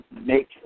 make